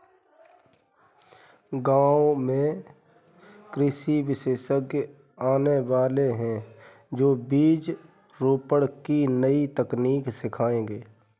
गांव में कृषि विशेषज्ञ आने वाले है, जो बीज रोपण की नई तकनीक सिखाएंगे